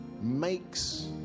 makes